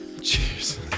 Cheers